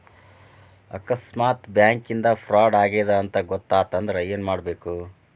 ಆಕಸ್ಮಾತ್ ಬ್ಯಾಂಕಿಂದಾ ಫ್ರಾಡ್ ಆಗೇದ್ ಅಂತ್ ಗೊತಾತಂದ್ರ ಏನ್ಮಾಡ್ಬೇಕು?